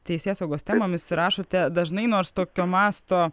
teisėsaugos temomis rašote dažnai nors tokio masto